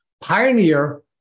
pioneer